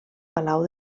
palau